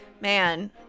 Man